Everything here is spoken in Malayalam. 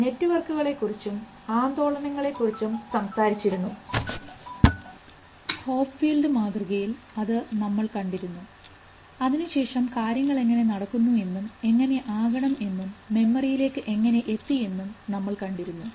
നമ്മൾ നെറ്റ്വർക്കുകളെകുറിച്ചും ആന്ദോളനങ്ങളെക്കുറിച്ചും സംസാരിച്ചിരുന്നു ഹോപ്ഫീൽഡ്മാതൃകയിൽ അത് നമ്മൾ കണ്ടിരുന്നു അതിനുശേഷം കാര്യങ്ങൾ എങ്ങനെ നടക്കുന്നു എന്നും എങ്ങനെ ആകണം എന്നും മെമ്മറിയിലേക്ക് എങ്ങനെ എത്തിയെന്നും നമ്മൾ കണ്ടിരുന്നു